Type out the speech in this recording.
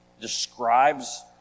describes